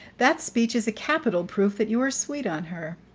that speech is a capital proof that you are sweet on her.